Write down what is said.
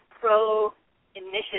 pro-initiative